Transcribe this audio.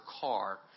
car